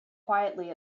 quietly